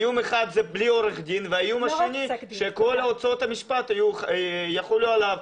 איום אחד זה בלי עורך דין והאיום השני שכל הוצאות המשפט יחולו עליו.